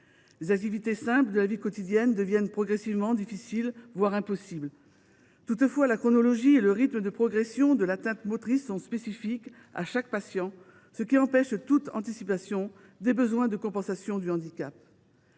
Les activités simples de la vie quotidienne deviennent progressivement difficiles, voire impossibles. Toutefois, la chronologie et le rythme de progression de l’atteinte motrice sont spécifiques à chaque patient, ce qui empêche toute anticipation des besoins de compensation du handicap.